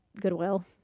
Goodwill